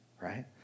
Right